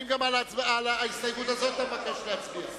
האם גם על ההסתייגות הזאת אתה מבקש להצביע?